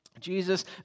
Jesus